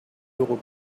will